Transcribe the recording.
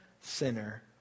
sinner